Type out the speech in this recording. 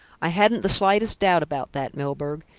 i hadn't the slightest doubt about that, milburgh.